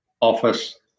office